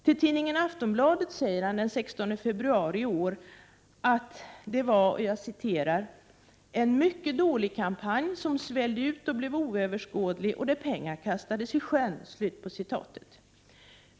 Till tidningen Aftonbladet säger han den 16 februari i år att det var: ”en mycket dålig kampanj som svällde ut och blev oöverskådlig och där pengar kastades i sjön”.